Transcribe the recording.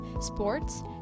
sports